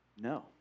No